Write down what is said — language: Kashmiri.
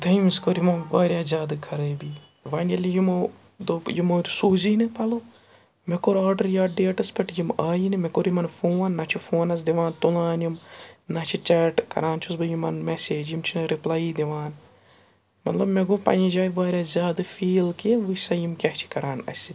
دٔیمِس کوٚر یِمو واریاہ زیادٕ خرٲبی وۄنۍ ییٚلہِ یِمو دوٚپ یِمو سوٗزی نہٕ پَلو مےٚ کوٚر آرڈَر یَتھ ڈیٹَس پٮ۪ٹھ یِم آیی نہٕ مےٚ کوٚر یِمَن فون نہ چھُ فونَس دِوان تُلان یِم نہ چھِ چیٹ کَران چھُس بہٕ یِمَن میسیج یِم چھِنہٕ رِپلایی دِوان مطلب مےٚ گوٚو پنٛنہِ جایہِ واریاہ زیادٕ فیٖل کہِ وٕچھ سا یِم کیٛاہ چھِ کَران اَسہِ